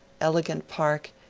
elegant park,